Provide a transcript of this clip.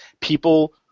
People